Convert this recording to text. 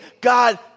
God